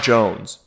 Jones